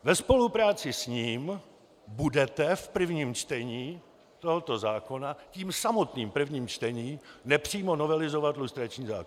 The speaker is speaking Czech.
Ve spolupráci s ním budete v prvním čtení tohoto zákona tím samotným prvním čtením nepřímo novelizovat lustrační zákon.